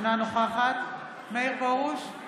אינה נוכחת מאיר פרוש,